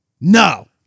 No